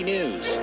News